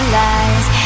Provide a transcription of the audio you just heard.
lies